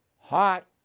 Hot